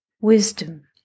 wisdom